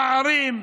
פערים,